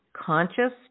Conscious